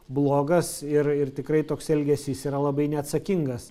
blogas ir ir tikrai toks elgesys yra labai neatsakingas